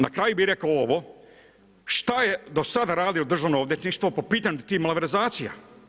Na kraju bih rekao ovo, šta je do sada radilo državno odvjetništvo po pitanju tih malverzacija.